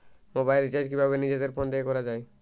Mobile recharge কিভাবে নিজের phone থেকে করা য়ায়?